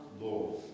Lord